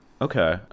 Okay